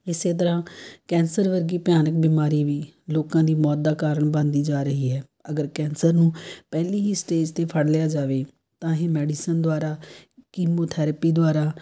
ਇਸ ਤਰ੍ਹਾਂ ਕੈਂਸਰ ਵਰਗੀ ਭਿਆਨਕ ਬਿਮਾਰੀ ਵੀ ਲੋਕਾਂ ਦੀ ਮੌਤ ਦਾ ਕਾਰਨ ਬਣਦੀ ਜਾ ਰਹੀ ਹੈ ਅਗਰ ਕੈਂਸਰ ਨੂੰ ਪਹਿਲੀ ਹੀ ਸਟੇਜ 'ਤੇ ਫੜ ਲਿਆ ਜਾਵੇ ਤਾਂ ਹੀ ਮੈਡੀਸਨ ਦੁਆਰਾ ਕੀਮੋਥੈਰੇਪੀ ਦੁਆਰਾ